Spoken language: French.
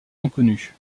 inconnues